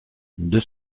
deux